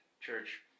church